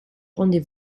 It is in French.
rendez